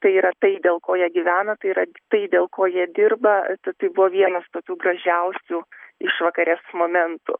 tai yra tai dėl ko jie gyvena yra tai dėl ko jie dirba tai buvo vienas tokių gražiausių išvakarės momentų